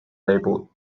labeled